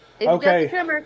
Okay